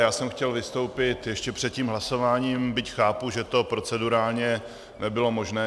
Já jsem chtěl vystoupit ještě před tím hlasováním, byť chápu, že to procedurálně nebylo možné.